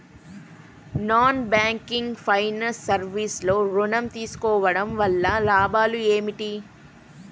Non banking finance service లో ఋణం తీసుకోవడం వల్ల లాభాలు ఏమిటి?